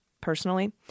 personally